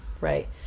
right